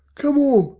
come on.